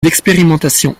d’expérimentation